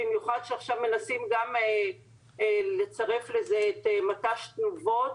במיוחד שעכשיו מנסים גם לצרף לזה את מט"ש תנובות.